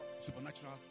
supernatural